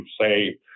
say